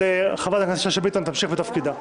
חברת הכנסת שאשא ביטון תמשיך בתפקידה.